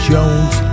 Jones